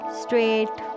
straight